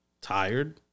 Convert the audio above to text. tired